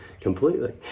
completely